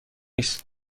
است